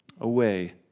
away